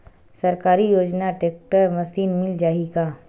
सरकारी योजना tractor machine मिल जाही का?